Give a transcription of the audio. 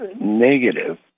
negative